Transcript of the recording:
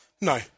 No